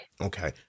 okay